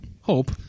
hope